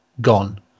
gone